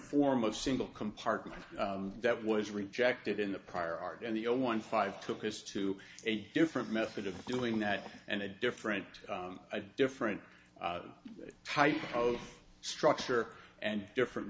form of single compartment that was rejected in the prior art and the old one five took us to a different method of doing that and a different a different type of structure and different